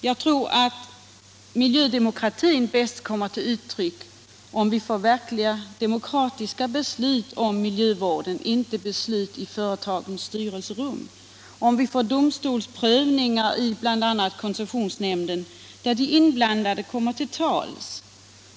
Jag tror att miljödemokratin bäst kommer till uttryck om vi får verkligt demokratiska beslut om miljövården — inte beslut i företagens styrelserum - och om vi får domstolsprövningar i bl.a. koncessionsnämnden, där de inblandade kommer till tals.